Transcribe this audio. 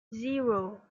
zero